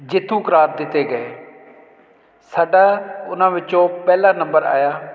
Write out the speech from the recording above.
ਜੇਤੂ ਕਰਾਰ ਦਿੱਤੇ ਗਏ ਸਾਡਾ ਉਹਨਾਂ ਵਿੱਚੋਂ ਪਹਿਲਾ ਨੰਬਰ ਆਇਆ